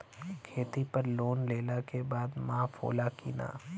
खेती पर लोन लेला के बाद माफ़ होला की ना?